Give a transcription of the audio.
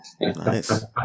Nice